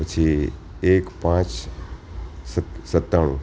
પછી એક પાંચ સત્ત સત્તાણું